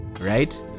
Right